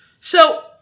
So-